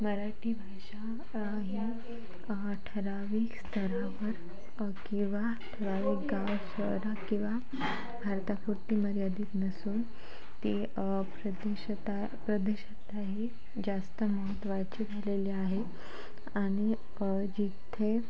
मराठी भाषा ही ठराविक स्तरावर किंवा काही गाव शहर किंवा भारतापुरती मर्यादित नसून ती प्रदेशता प्रादेशिकता ही जास्त महत्वाची झालेली आहे आणि जिथे